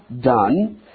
done